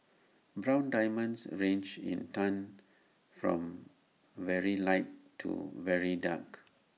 brown diamonds range in tone from very light to very dark